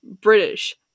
British